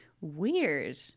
weird